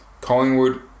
Collingwood